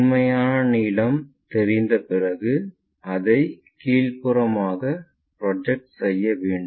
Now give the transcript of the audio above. உண்மையான நீளம் தெரிந்த பிறகு அதைக் கீழ்ப்புறமாக ப்ரொஜெக்ட் செய்ய வேண்டும்